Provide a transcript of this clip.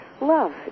love